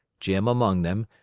jim among them,